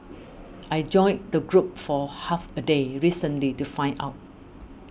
I joined the group for half a day recently to find out